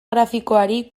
grafikoari